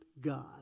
God